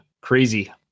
crazy